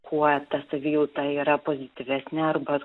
kuo ta savijauta yra pozityvesnė arba